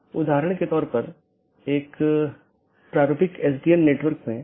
इसलिए बहुत से पारगमन ट्रैफ़िक का मतलब है कि आप पूरे सिस्टम को ओवरलोड कर रहे हैं